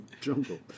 jungle